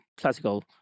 classical